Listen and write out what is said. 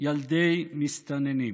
ילדי מסתננים.